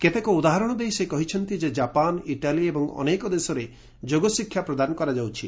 କେତେକ ଉଦାହରଣ ଦେଇ ସେ କହିଛନ୍ତି ଯେ ଜାପାନ ଇଟାଲୀ ଏବଂ ଅନେକ ଦେଶରେ ଯୋଗଶିକ୍ଷା ପ୍ରଦାନ କରାଯାଉଛି